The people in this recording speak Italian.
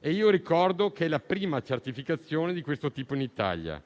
Ricordo che è la prima certificazione di questo tipo in Italia.